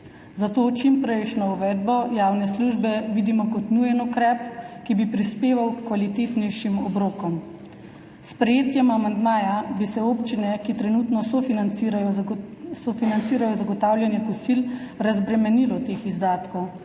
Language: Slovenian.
Zato čimprejšnjo uvedbo javne službe vidimo kot nujen ukrep, ki bi prispeval h kvalitetnejšim obrokom. S sprejetjem amandmaja bi se občine, ki trenutno sofinancirajo zagotavljanja kosil, razbremenilo teh izdatkov.